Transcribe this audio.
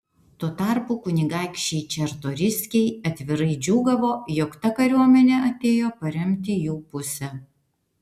tuo tarpu kunigaikščiai čartoriskiai atvirai džiūgavo jog ta kariuomenė atėjo paremti jų pusę